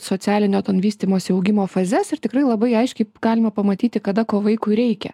socialinio ton vystymosi augimo fazes ir tikrai labai aiškiai galima pamatyti kada ko vaikui reikia